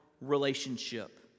relationship